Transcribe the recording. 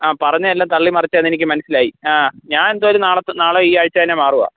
ആ പറഞ്ഞതെല്ലാം തള്ളി മറിച്ചതാന്ന് എനിക്ക് മനസിലായി ആ ഞാൻ എന്തായാലും നാളെ ത നാളെ ഈയാഴ്ച തന്നെ മാറുവാണ്